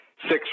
six